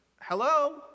hello